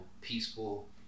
peaceful